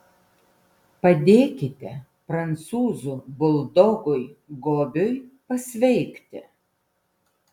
padėkite prancūzų buldogui gobiui pasveikti